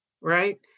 right